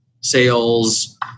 sales